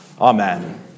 Amen